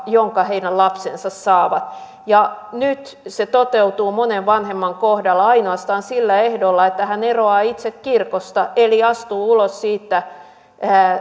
jonka heidän lapsensa saavat nyt se toteutuu monen vanhemman kohdalla ainoastaan sillä ehdolla että hän eroaa itse kirkosta eli astuu ulos siitä